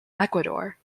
ecuador